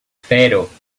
cero